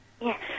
Yes